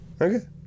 okay